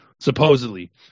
supposedly